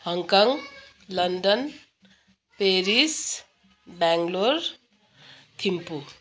Hong Kong London Paris Bangalore Thimphu